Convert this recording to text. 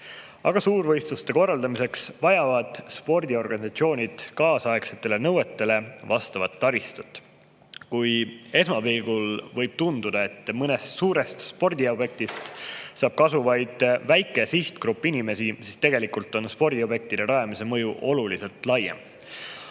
Aga suurvõistluste korraldamiseks vajavad spordiorganisatsioonid kaasaegsetele nõuetele vastavat taristut. Kui esmapilgul võib tunduda, et mõnest suurest spordiobjektist saab kasu vaid väike sihtgrupp inimesi, siis tegelikult on spordiobjektide rajamise mõju oluliselt laiem.